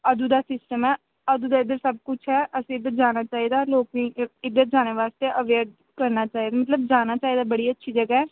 अदूं दा सिस्टम ऐ अदूं दा इद्धर सब कुछ ऐ असें उद्धर जाना चाहिदा लोकें गी इद्धर जाने बास्तै अवेयर करना चाहिदा मतलब जाना चाहिदा बड़ी अच्छी जगह ऐ